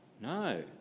No